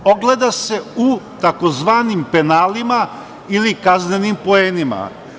Ogleda se u tzv. penalima ili kaznenim poenima.